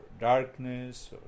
darkness